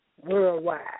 worldwide